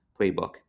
playbook